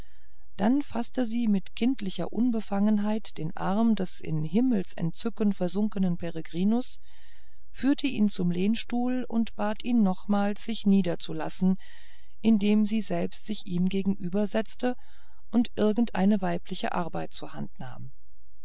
dann faßte sie mit kindlicher unbefangenheit den arm des in himmelsentzücken versunkenen peregrinus führte ihn zum lehnsessel und bat ihn nochmals sich niederzulassen indem sie selbst sich ihm gegenübersetzte und irgendeine weibliche arbeit zur hand nahm